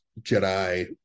JEDI